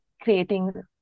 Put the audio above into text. creating